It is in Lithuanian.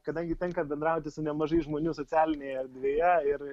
kadangi tenka bendrauti su nemažai žmonių socialinėje erdvėje ir